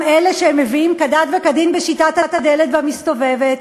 אלה שהם מביאים כדת וכדין בשיטת הדלת המסתובבת?